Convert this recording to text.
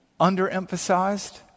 underemphasized